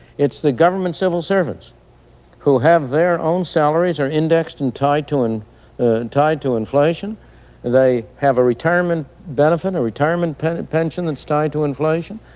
it's the government civil servants who have their own salaries are indexed and tied to and and tied to inflation they have a retirement benefit, a retirement pension pension that's tied to inflation.